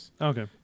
Okay